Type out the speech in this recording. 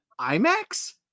IMAX